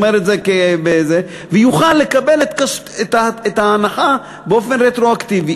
ויוכל לקבל את ההנחה באופן רטרואקטיבי.